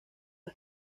las